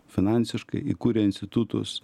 finansiškai įkurė institutus